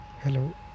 Hello